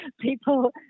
people